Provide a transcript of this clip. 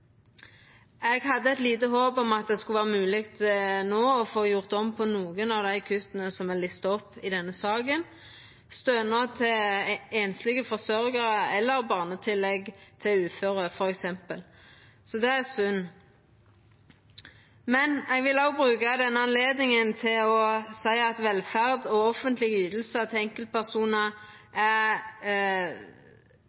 Eg hadde eit lite håp om at det no skulle vera mogleg å få gjort om nokre av dei kutta som er lista opp i denne saka, f.eks. stønad til einslege forsørgjarar eller barnetillegg til uføre. Så det er synd. Eg vil òg bruka anledninga til å seia at velferd og offentlege ytingar til enkeltpersonar